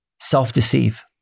self-deceive